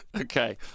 okay